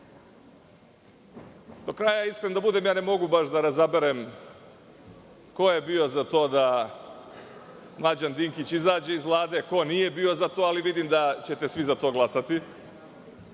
politika. Iskren da budem, ne mogu baš da razaberem ko je bio za to da Mlađan Dinkić izađe iz Vlade, ko nije bio za to, ali vidim da ćete svi za to glasati.